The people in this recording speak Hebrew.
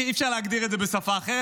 אי-אפשר להגדיר את זה בשפה אחרת.